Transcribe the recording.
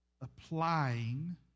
applying